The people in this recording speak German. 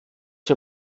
wir